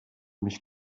mich